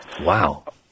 Wow